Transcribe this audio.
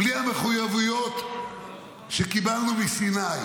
בלי המחויבויות שקיבלנו מסיני,